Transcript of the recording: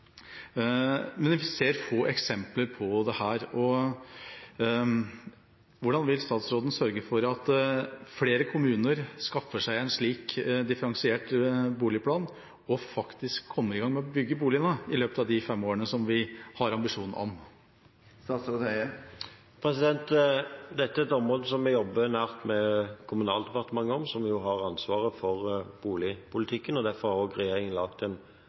Men vi ser få eksempler på dette. Hvordan vil statsråden sørge for at flere kommuner skaffer seg en slik differensiert boligplan og faktisk kommer i gang med å bygge boligene i løpet av de fem årene som vi har ambisjoner om? Dette er et område som vi jobber nært sammen med Kommunaldepartementet om, som har ansvaret for boligpolitikken. Derfor har regjeringen laget en sosial boligstrategi, der nettopp det som representanten nå beskriver, er en del av den